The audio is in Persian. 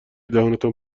دهانتان